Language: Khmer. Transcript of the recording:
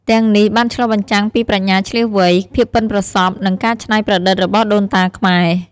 ទាំងនេះបានឆ្លុះបញ្ចាំងពីប្រាជ្ញាឈ្លាសវៃ ភាពប៉ិនប្រសប់ និងការច្នៃប្រឌិតរបស់ដូនតាខ្មែរ។